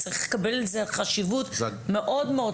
הוא צריך לקבל חשיבות מאוד גבוהה.